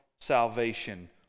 salvation